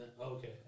Okay